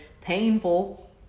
painful